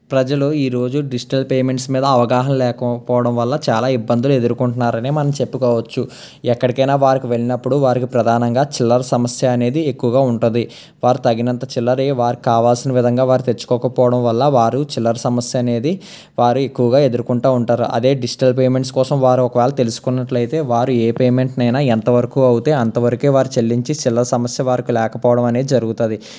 ప్రజలు ఈరోజు digital payments మీద అవగాహన లేకపోవడం వల్ల చాలా ఇబ్బందులు ఎదుర్కొంటున్నారనే మనం చెప్పుకోవచ్చు ఎక్కడికైనా వారికి వెళ్ళినప్పుడు వారికి ప్రధానంగా చిల్లర సమస్య అనేది ఎక్కువగా ఉంటుంది వారు తగినంత చిల్లరే వారు కావాల్సిన విధంగా వారు తెచ్చుకోకపోవడం వల్ల వారు చిల్లర సమస్య అనేది వారు ఎక్కువగా ఎదుర్కొంటా ఉంటారు అదే డిజిటల్ పేమెంట్స్ కోసం వారు ఒకవేళ తెలుసుకున్నట్లయితే వారు ఏ పేమెంట్ అయినా ఎంతవరకు అవుతాయి అంతవరకే వారు చెల్లించి చిల్లర సమస్య వారికి లేకపోవడం అనేది జరుగుతాది